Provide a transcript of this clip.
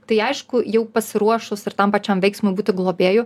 tai aišku jau pasiruošus ir tam pačiam veiksmui būti globėju